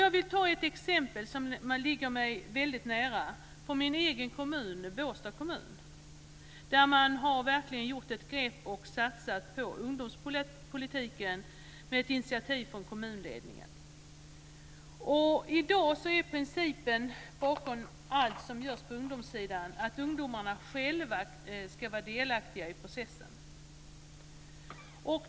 Jag vill ta ett exempel, som ligger mig väldigt nära, från min egen kommun - Båstad kommun. Där har man verkligen tagit ett grepp och satsat på ungdomspolitiken med ett initiativ från kommunledningen. I dag är principen bakom allt som görs på ungdomssidan att ungdomarna själva ska vara delaktiga i processen.